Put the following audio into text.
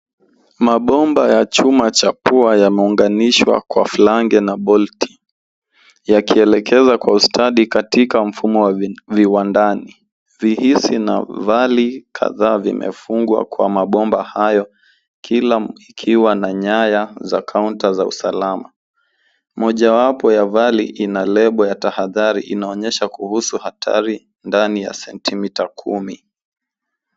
Mabomba ya chuma cha pua yameunganishwa kwa flange na bolti. Yakielekezwa kwa ustadi katika mfumo wa viwandani. Vihisi na vali kadhaa zimefungwa kwa mabomba hayo kila ikiwa na nyaya za kaunta za usalama. Mojawapo ya vali ina lebo ya tahadhari inaonyesha kuhusu hatari ndani ya sentimeta kumi.